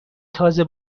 تازه